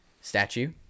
statue